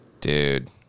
Dude